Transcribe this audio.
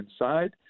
inside